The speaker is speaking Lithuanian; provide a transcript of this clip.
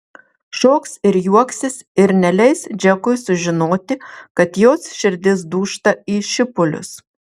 šoks ir juoksis ir neleis džekui sužinoti kad jos širdis dūžta į šipulius